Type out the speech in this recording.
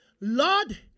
lord